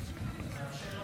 שם,